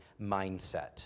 mindset